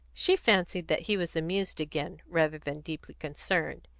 she fancied that he was amused again, rather than deeply concerned,